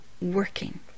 working